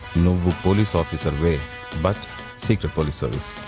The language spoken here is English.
police officer but secret police service.